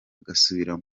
agasubira